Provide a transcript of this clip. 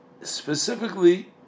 specifically